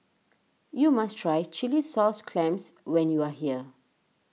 you must try Chilli Sauce Clams when you are here